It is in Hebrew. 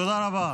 תודה רבה.